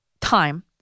time